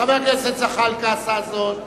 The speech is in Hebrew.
חבר הכנסת זחאלקה עשה זאת.